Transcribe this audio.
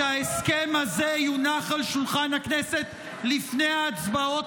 שההסכם הזה יונח על שולחן הכנסת לפני ההצבעות,